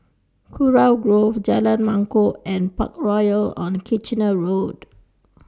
Kurau Grove Jalan Mangkok and Parkroyal on Kitchener Road